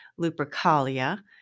Lupercalia